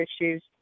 issues